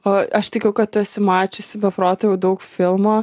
o aš tikiu kad tu esi mačiusi be proto jau daug filmų